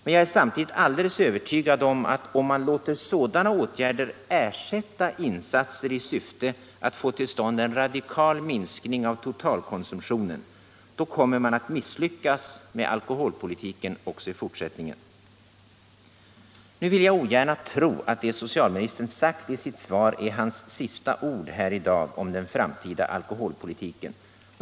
Men jag är samtidigt alldeles övertygad om att om man låter sådana åtgärder ersätta insatser i syfte att få till stånd en radikal minskning av totalkonsumtionen, då kommer man att misslyckas med alkoholpolitiken också i fortsättningen. Jag vill ogärna tro att det socialministern sagt i sitt svar är hans sista ord här i dag om den framtida alkoholpolitiken.